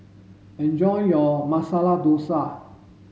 enjoy your Masala Dosa